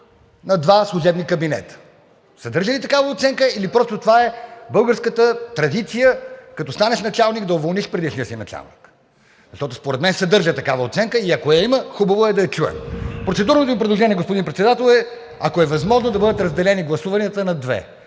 на два служебни кабинета? Съдържа ли такава оценка, или просто това е българската традиция, като станеш началник, да уволниш предишния си началник? Защото според мен съдържа такава оценка и ако я има, хубаво е да я чуем. Процедурното ми предложение, господин Председател, е, ако е възможно, да бъдат разделени гласуванията на две.